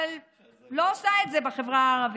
אבל לא עושה את זה בחברה הערבית.